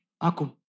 Aku